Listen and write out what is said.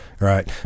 right